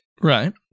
Right